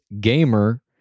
gamer